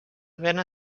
vena